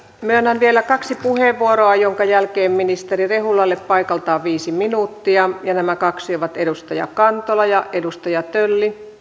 myönnän vielä kaksi puheenvuoroa joiden jälkeen ministeri rehulalle paikaltaan viisi minuuttia ja nämä kaksi ovat edustaja kantola ja edustaja tölli